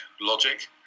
Logic